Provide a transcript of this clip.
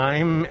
Time